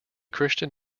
christian